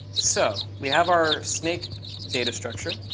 so we have our snake data structure.